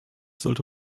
sollte